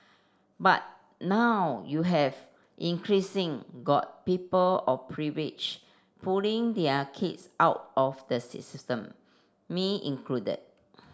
but now you have increasing got people of privilege pulling their kids out of the system me included